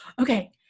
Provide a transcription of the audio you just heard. okay